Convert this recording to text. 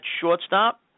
shortstop